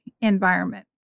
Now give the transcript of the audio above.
environment